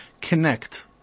connect